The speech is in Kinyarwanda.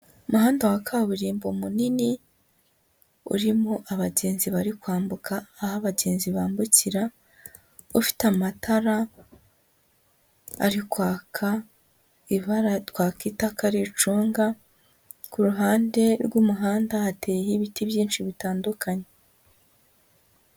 Umuhanda wa kaburimbo munini urimo abagenzi bari kwambuka aho abagenzi bambukira, ufite amatara ari kwaka ibara twakita ko ari icunga, ku ruhande rw'umuhanda hateye ibiti byinshi bitandukanye.